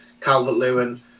Calvert-Lewin